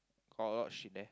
got a lot of shit there